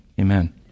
Amen